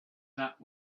that